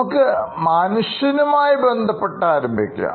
നമുക്ക് മനുഷ്യനുമായി ബന്ധപ്പെട്ട് ആരംഭിക്കാം